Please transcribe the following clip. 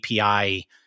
API